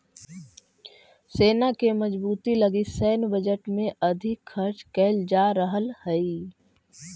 सेना के मजबूती लगी सैन्य बजट में अधिक खर्च कैल जा रहल हई